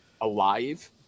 alive